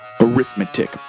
Arithmetic